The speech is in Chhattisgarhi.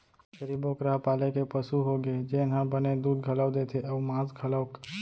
छेरी बोकरा ह पाले के पसु होगे जेन ह बने दूद घलौ देथे अउ मांस घलौक